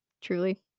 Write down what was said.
truly